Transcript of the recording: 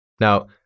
Now